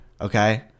Okay